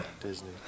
Disney